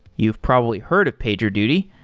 you've probably heard of pagerduty.